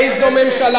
איזו ממשלה,